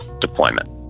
deployment